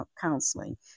counseling